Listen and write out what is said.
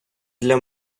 для